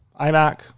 iMac